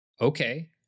Okay